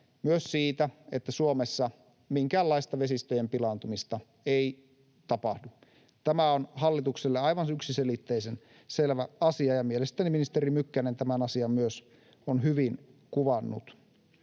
myös siitä, että Suomessa minkäänlaista vesistöjen pilaantumista ei tapahdu — että tämä on hallitukselle aivan yksiselitteisen selvä asia, ja mielestäni ministeri Mykkänen on tämän asian myös hyvin kuvannut.